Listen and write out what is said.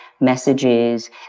messages